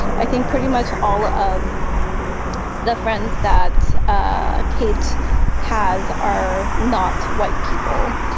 i think pretty much all of the friends that ah kate has are not white people.